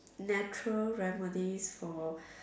natural remedies for